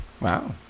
wow